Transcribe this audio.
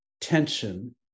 tension